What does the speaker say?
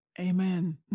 Amen